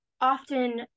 often